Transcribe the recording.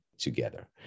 together